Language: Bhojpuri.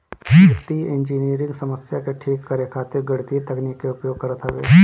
वित्तीय इंजनियरिंग समस्या के ठीक करे खातिर गणितीय तकनीकी के उपयोग करत हवे